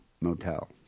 motel